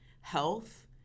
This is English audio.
health